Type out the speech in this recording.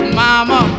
mama